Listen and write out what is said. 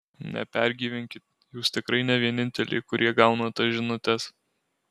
nepergyvenkit jūs tikrai ne vieninteliai kurie gauna tas žinutes